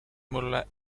mulle